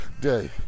day